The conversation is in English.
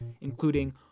including